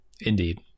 Indeed